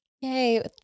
Yay